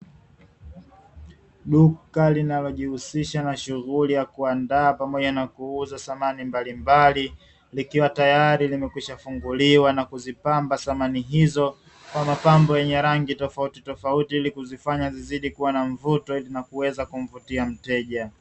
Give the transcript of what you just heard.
Duka linalojihusisha na shughuli ya kuandaa pamoja na kuuza samani mbalimbali, likiwa tayari limekwisha funguliwa na kuzipamba samani hizo kwa mapambo yenye rangi tofautitofauti, ili kuzifanya zizidi kuwa na mvuto na kuweza kumvutia mteja.